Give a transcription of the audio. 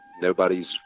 Nobody's